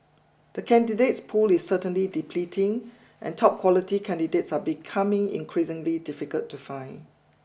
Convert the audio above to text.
the candidates pool is certainly depleting and top quality candidates are becoming increasingly difficult to find